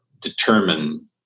determine